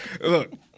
Look